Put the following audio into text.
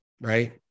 Right